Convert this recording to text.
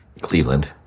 Cleveland